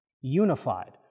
unified